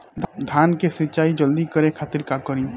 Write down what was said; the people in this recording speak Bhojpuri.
धान के सिंचाई जल्दी करे खातिर का करी?